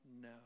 no